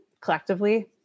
Collectively